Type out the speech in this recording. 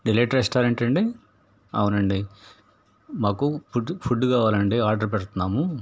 delight రెస్టారెంటా అండి అవునండి మాకు ఫుడ్ ఫుడ్ కావాలండి ఆర్డర్ పెడుతున్నాము